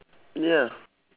ya